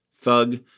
thug